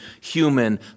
human